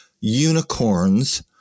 unicorns